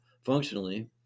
functionally